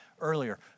earlier